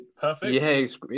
perfect